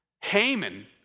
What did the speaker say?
Haman